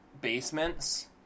basements